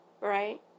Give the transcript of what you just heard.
right